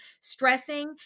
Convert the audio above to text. stressing